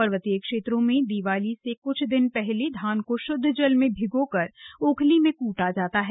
पर्वतीय क्षेत्रों में दिवाली से कुछ दिन पहले धान को शुद्ध जल में भिगोकर ओखली में कूटा जाता है